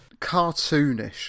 cartoonish